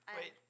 Wait